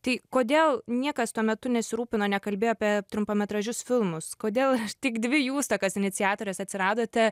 tai kodėl niekas tuo metu nesirūpino nekalbėjo apie trumpametražius filmus kodėl tik dvi jūs tokios iniciatorės atsiradote